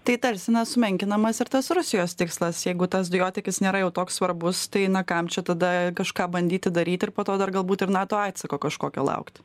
tai tarsi na sumenkinamas ir tas rusijos tikslas jeigu tas dujotiekis nėra jau toks svarbus tai na kam čia tada kažką bandyti daryti ir po to dar galbūt ir nato atsako kažkokio laukt